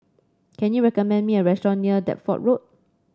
can you recommend me a restaurant near Deptford Road